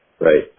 right